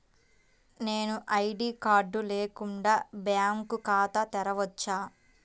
నేను ID card లేకుండా bank ఖాతా తెరవచ్చా?